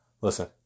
listen